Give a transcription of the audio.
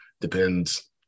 depends